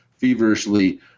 feverishly